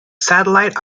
satellite